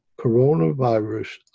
coronavirus